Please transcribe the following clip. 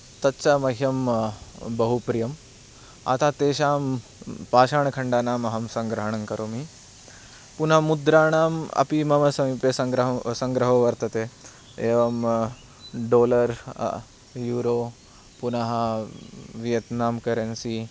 तच्च मह्यं बहु प्रियम् अतः तेषां पाषाणखण्डानाम् अहं सङ्ग्रहणं करोमि पुन मुद्राणाम् अपि मम समीपे सङ्ग्रहं सङ्ग्रहो वर्तते एवं डालर् युरो पुनः वियेट्नां करेन्सी